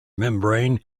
membrane